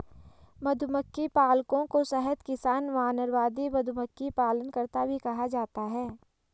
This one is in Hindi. मधुमक्खी पालकों को शहद किसान, वानरवादी, मधुमक्खी पालनकर्ता भी कहा जाता है